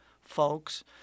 folks